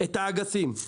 את האגסים,